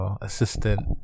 assistant